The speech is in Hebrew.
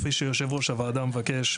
כפי שיושב ראש הוועדה מבקש,